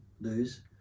lose